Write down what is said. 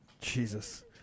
Jesus